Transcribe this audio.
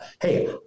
Hey